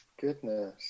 Goodness